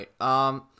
right